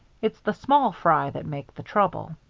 it's the small fry that make the trouble.